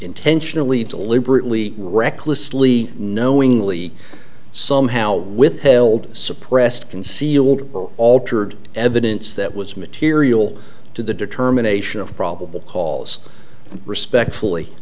intentionally deliberately recklessly knowingly somehow withheld suppressed concealed or altered evidence that was material to the determination of probable cause and respectfully